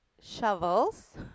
shovels